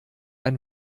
ein